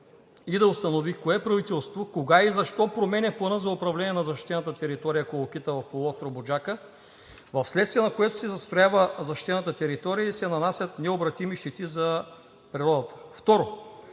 и да установи кое правителството, кога и защо променя Плана за управление на защитената територия „Колокита“ в полуостров Буджака, в следствие на което се застроява защитената територия и се нанасят необратими щети за природата.